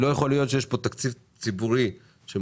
לא יכול להיות שיש פה תקציב ציבורי שמחולק